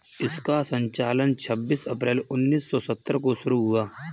इसका संचालन छब्बीस अप्रैल उन्नीस सौ सत्तर को शुरू हुआ